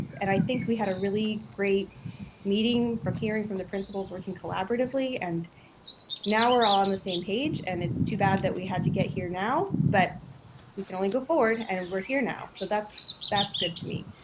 and i think we had a really great meeting from hearing from the principals working collaboratively, and now we're all on the same page and it's too bad that we had to get here now, but we can only go forward and we're here now. so that's that's good to me.